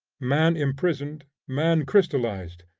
man imprisoned, man crystallized,